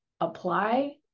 apply